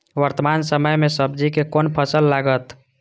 वर्तमान समय में सब्जी के कोन फसल लागत?